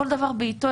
כל דבר בעתו,